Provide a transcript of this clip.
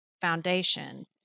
foundation